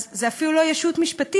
זו אפילו לא ישות משפטית,